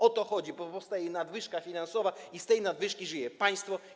O to chodzi, bo powstaje nadwyżka finansowa i z tej nadwyżki żyje państwo.